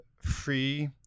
free